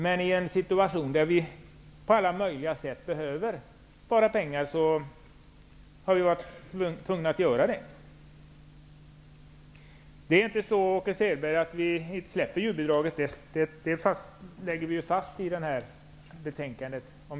Men i en situation där vi behöver spara pengar på alla möjliga sätt har vi varit tvungna att göra det. Åke Selberg, vi släpper inte djurbidraget. Kobidraget läggs fast i det här betänkandet.